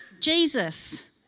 Jesus